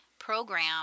program